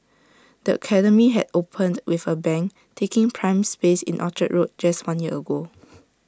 the academy had opened with A bang taking prime space in Orchard road just one year ago